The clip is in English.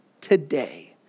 today